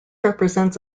represents